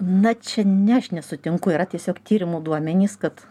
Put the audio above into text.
na čia ne aš nesutinku yra tiesiog tyrimų duomenys kad